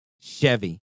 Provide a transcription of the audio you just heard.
Chevy